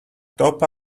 top